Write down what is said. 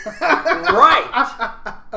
Right